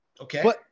Okay